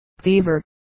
fever